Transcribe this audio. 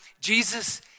Jesus